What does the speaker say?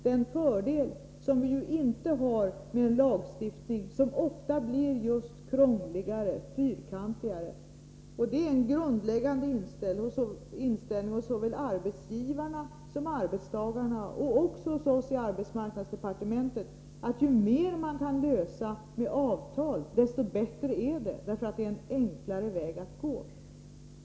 Den fördelen har vi inte med en lagstiftning, som ofta blir krångligare och fyrkantigare. Det är en grundläggande inställning hos såväl arbetsgivarna som arbetstagarna och även hos oss i arbetsmarknadsdepartementet, att ju mer man kan lösa med avtal, desto bättre är det. Det är en enkel väg att gå.